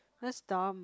that's dumb